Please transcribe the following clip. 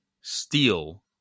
steal